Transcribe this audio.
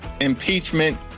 impeachment